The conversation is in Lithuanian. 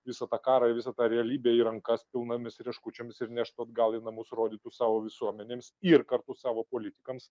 visą tą karą ir visą tą realybę į rankas pilnomis rieškučiomis ir neštų atgal į namus rodytų savo visuomenėms ir kartu savo politikams